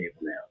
now